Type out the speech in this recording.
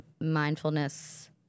mindfulness